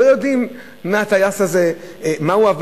לא יודעים מה הטייס הזה עבר,